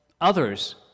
others